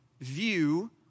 view